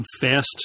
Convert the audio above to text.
fast